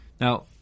Now